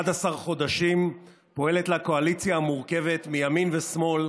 11 חודשים פועלת לה קואליציה המורכבת מימין ושמאל,